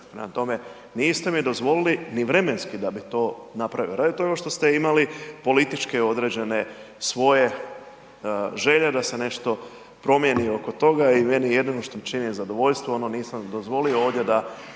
prema tome, niste mi dozvolili ni vremenski da bi to napravili, radi toga što ste imali političke određene, svoje želje, da se nešto promijeni oko toga i meni jedino što mi čini zadovoljstvo, ono nisam dozvolio ovdje da